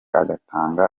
agatanga